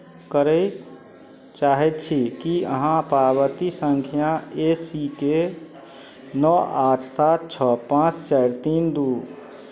करय चाहैत छी की अहाँ पावती सङ्ख्या ए सी के नओ आठ सात छओ पाँच चारि तीन दू